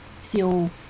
feel